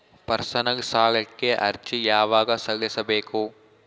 Personal ಸಾಲಕ್ಕೆ ಅರ್ಜಿ ಯವಾಗ ಸಲ್ಲಿಸಬೇಕು?